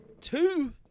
two